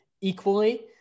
equally